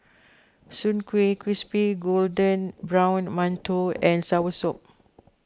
Soon Kueh Crispy Golden Brown Mantou and Soursop